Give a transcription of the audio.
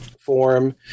form